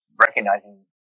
recognizing